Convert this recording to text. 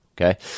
Okay